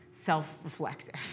self-reflective